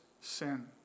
sin